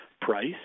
price